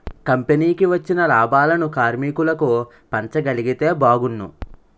కంపెనీకి వచ్చిన లాభాలను కార్మికులకు పంచగలిగితే బాగున్ను